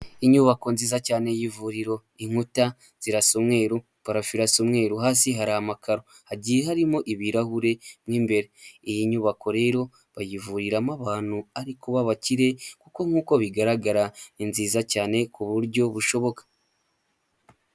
Inyubako nziza cyane y'ivuriro, inkuta zirasa umweruru, parafo irasa umweru, hasi hari amakaro, hagiye harimo ibirahure mu imbere. Iyi nyubako rero bayivuriramo abantu ariko babakire kuko nk'uko bigaragara ni nziza cyane ku buryo bushoboka.